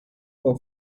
per